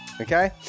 Okay